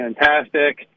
fantastic